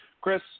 Chris